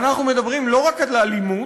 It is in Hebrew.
אנחנו מדברים לא רק על אלימות,